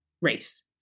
race